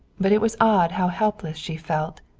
but it was odd how helpless she felt.